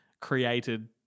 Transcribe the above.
created